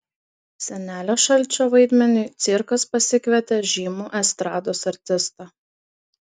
senelio šalčio vaidmeniui cirkas pasikvietė žymų estrados artistą